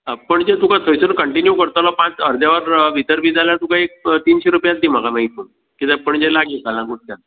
आं पणजे तुका थंयसर कंटिन्यू करतलो पांच अर्दें वर भितर बी जाल्यार तुका एक तिनशी रुपयात दी म्हाका माई तूं कित्याक पणजे लागीं कालांगुटच्यान